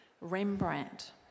Rembrandt